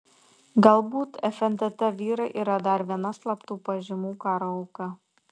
galbūt fntt vyrai yra dar viena slaptų pažymų karo auka